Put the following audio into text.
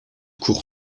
cour